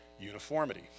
uniformity